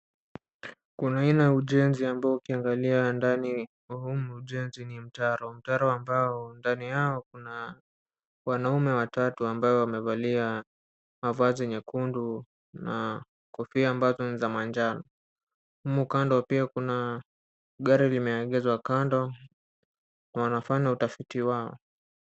Kuna aina ya ujenzi ambayo ukiangalia ndani wa humu ujenzi ni mtaro, mtaro ambao ndani yao kuna wanaume watatu ambao wamevalia mavazi nyekundu na kofia ambazo ni za manjano. Humu kando pia kuna gari limeegeshwa kando na wanafanya utafiti wao.